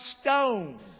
stone